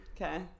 Okay